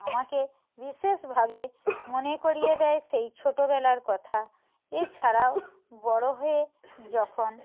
আমাকে বিশেষভাবে মনে করিয়ে দেয় সেই ছোটোবেলার কথা এছাড়াও বড়ো হয়ে যখন